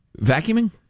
Vacuuming